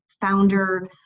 founder